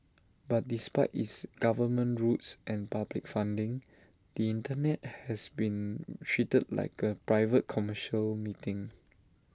but despite its government roots and public funding the Internet has been treated like A private commercial meeting